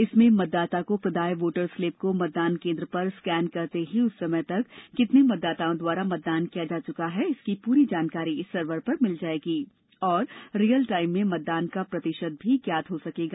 इसमें मतदाता को प्रदाय वोटर स्लिप को मतदान केन्द्र पर स्केन करते ही उस समय तक कितने मतदाताओं द्वारा मतदान किया जा चुका है इसकी पूरी जानकारी सर्वर पर मिल जाएगी और रीयल टाइम में मतदान का प्रतिशत भी ज्ञात हो सकेगा